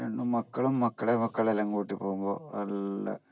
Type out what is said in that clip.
രണ്ട് മക്കളും മക്കളുടെ മക്കളെല്ലാം കൂട്ടി പോകുമ്പോൾ നല്ല